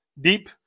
deep